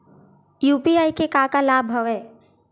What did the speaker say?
UPI के का का लाभ हवय?